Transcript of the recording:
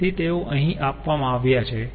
તેથી તેઓ અહીં આપવામાં આવ્યા છે